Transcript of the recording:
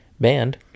band